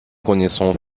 connaissons